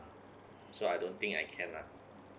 so I don't think I can lah